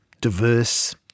diverse